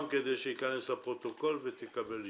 בקול רם כדי שזה ייכנס לפרוטוקול ותקבל אישור.